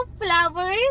flowers